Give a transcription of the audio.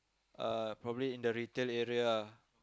uh probably in the retail area ah